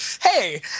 hey